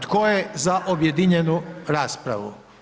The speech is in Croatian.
Tko je za objedinjenu raspravu?